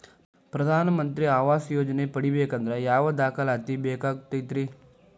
ಪ್ರಧಾನ ಮಂತ್ರಿ ಆವಾಸ್ ಯೋಜನೆ ಪಡಿಬೇಕಂದ್ರ ಯಾವ ದಾಖಲಾತಿ ಬೇಕಾಗತೈತ್ರಿ?